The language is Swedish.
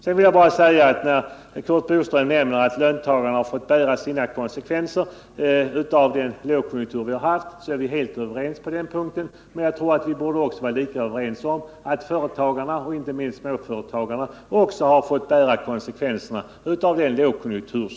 Med anledning av att Curt Boström nämner att löntagarna har fått bära sina konsekvenser av den lågkonjunktur vi har haft, så är vi helt överens på den punkten. Men jag anser att vi borde vara lika överens om att företagarna —- inte minst småföretagarna — också har fått bära konsekvenserna av lågkonjunkturen.